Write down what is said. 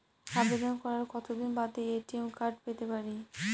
আবেদন করার কতদিন বাদে এ.টি.এম কার্ড পেতে পারি?